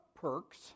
perks